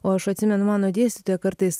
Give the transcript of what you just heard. o aš atsimenu mano dėstytoja kartais